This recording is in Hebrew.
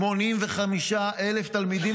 85,000 תלמידים,